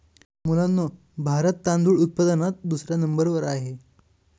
मुलांनो भारत तांदूळ उत्पादनात दुसऱ्या नंबर वर आहे